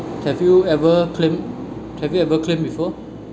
have you ever claimed have you ever claimed before